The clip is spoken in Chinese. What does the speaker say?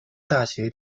大学